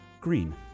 green